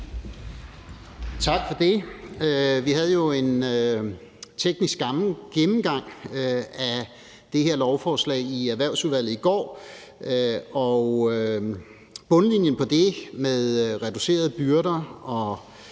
Tak for det. Vi havde jo en teknisk gennemgang af det her lovforslag i Erhvervsudvalget i går. Bundlinjen på det med reducerede byrder og